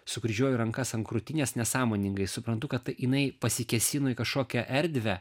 sukryžiuoju rankas ant krūtinės nesąmoningai suprantu kad jinai pasikėsino į kažkokią erdvę